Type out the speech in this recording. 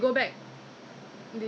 一人一瓶 lah I think one each